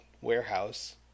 warehouse